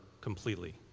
completely